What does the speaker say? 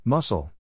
Muscle